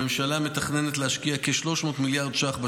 הממשלה מתכננת להשקיע כ-300 מיליארד שקלים